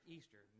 Easter